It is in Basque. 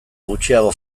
gutxiago